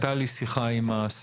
הייתה לי שיחה עם השר.